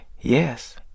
yes